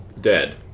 dead